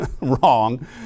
wrong